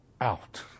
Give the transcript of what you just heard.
out